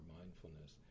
mindfulness